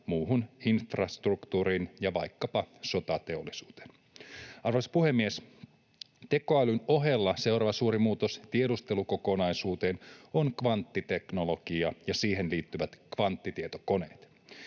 muuhun infrastruktuuriin ja vaikkapa sotateollisuuteen. Arvoisa puhemies! Tekoälyn ohella seuraava suuri muutos tiedustelukokonaisuuteen tulee kvanttiteknologiasta ja siihen liittyvistä kvanttitietokoneista.